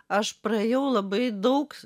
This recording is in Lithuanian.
aš praėjau labai daug